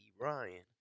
Ryan